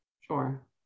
Sure